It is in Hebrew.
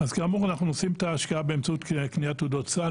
אז כאמור אנחנו עושים את ההשקעה באמצעות קניית תעודות סל,